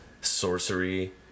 sorcery